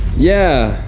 yeah,